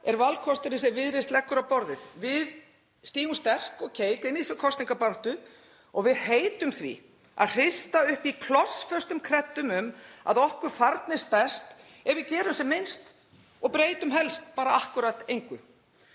er valkosturinn sem Viðreisn leggur á borðið. Við stígum sterk og keik inn í þessa kosningabaráttu og við heitum því að hrista upp í klossföstum kreddum um að okkur farnist best ef við gerum sem minnst og breytum helst bara akkúrat engu.